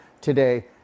today